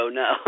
no